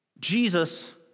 Jesus